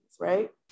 right